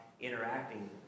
interacting